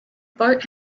bart